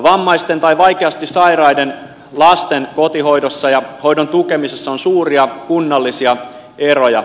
vammaisten tai vaikeasti sairaiden lasten kotihoidossa ja hoidon tukemisessa on suuria kunnallisia eroja